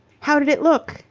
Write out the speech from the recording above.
how did it look?